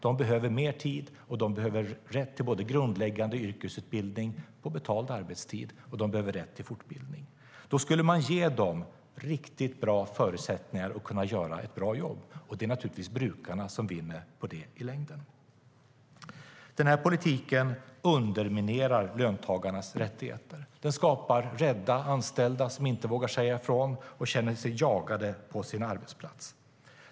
De behöver mer tid, och de behöver rätt både till grundläggande yrkesutbildning på betald arbetstid och till fortbildning. Då skulle man ge dem riktigt bra förutsättningar för att göra ett bra jobb, och det är naturligtvis brukarna som vinner på det i längden. Den här politiken underminerar löntagarnas rättigheter. Den skapar rädda anställda som inte vågar säga ifrån och som känner sig jagade på sin arbetsplats.